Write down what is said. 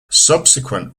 subsequent